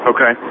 Okay